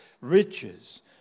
riches